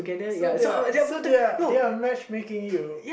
so they're so they're they're match making you